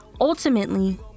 Ultimately